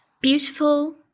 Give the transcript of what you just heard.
Beautiful